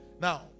Now